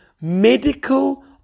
medical